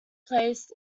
placed